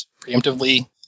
preemptively